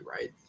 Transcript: right